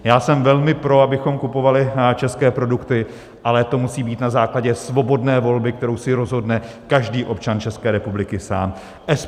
Já jsem velmi pro, abychom kupovali české produkty, ale to musí být na základě svobodné volby, kterou si rozhodne každý občan České republiky sám.